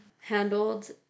handled